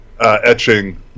etching